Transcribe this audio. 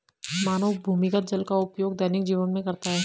मानव भूमिगत जल का उपयोग दैनिक जीवन में करता है